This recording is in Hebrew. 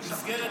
תקשיב,